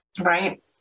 Right